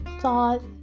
thought